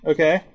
Okay